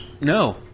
No